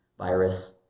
virus